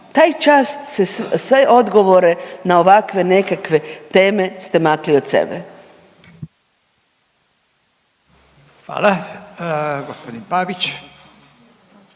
taj čas se sve odgovore na ovakve nekakve teme ste makli od sebe. **Radin, Furio